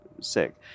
sick